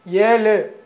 ஏழு